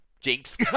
Jinx